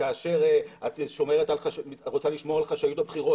כאשר את רוצה לשמור על חשאיות הבחירות